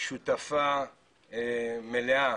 שותפה מלאה